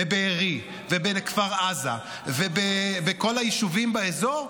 בבארי ובכפר עזה ובכל היישובים באזור,